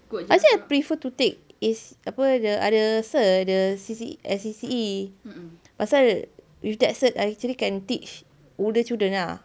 actually I prefer to take ace apa the other cert the S_C_C_E pasal with that cert I actually can teach older children ah